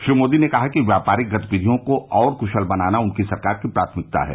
श्री मोदी ने कहा कि व्यापारिक गतिविधियों को और कुराल बनाना उनकी सरकार की प्राथमिकता है